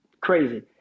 crazy